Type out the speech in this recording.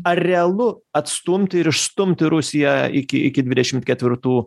ar realu atstumti ir išstumti rusiją iki iki dvidešimt ketvirtų